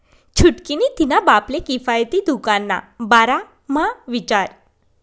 छुटकी नी तिन्हा बापले किफायती दुकान ना बारा म्हा विचार